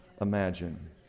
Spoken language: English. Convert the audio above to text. imagine